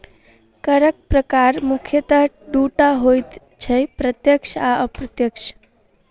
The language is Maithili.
करक प्रकार मुख्यतः दू टा होइत छै, प्रत्यक्ष आ अप्रत्यक्ष